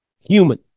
human